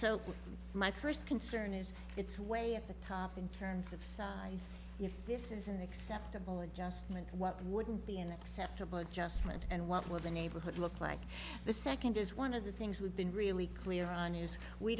so my first concern is it's way at the top in terms of size if this is an acceptable adjustment what would be an acceptable adjustment and what would the neighborhood look like the second is one of the things we've been really clear on is we